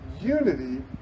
Unity